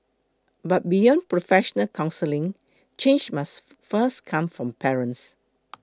but beyond professional counselling change must first come from parents